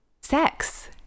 sex